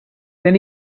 then